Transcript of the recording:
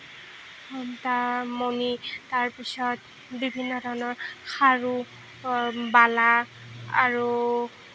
তাৰ মণি তাৰপিছত বিভিন্ন ধৰণৰ খাৰু বালা আৰু